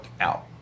out